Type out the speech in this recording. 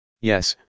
Yes